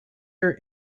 your